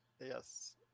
Yes